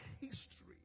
history